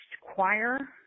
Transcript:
choir